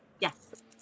Yes